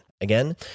Again